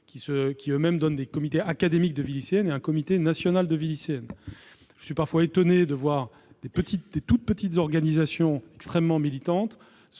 qui eux-mêmes se déclinent en comités académiques de vie lycéenne et en un comité national de vie lycéenne. Je suis parfois étonné de voir de toutes petites organisations extrêmement militantes